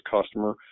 customer